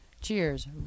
Cheers